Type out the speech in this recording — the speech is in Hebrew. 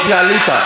טוב שעלית.